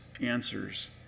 answers